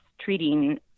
treating